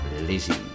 Lizzie